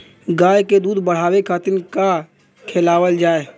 गाय क दूध बढ़ावे खातिन का खेलावल जाय?